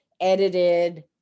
edited